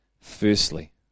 firstly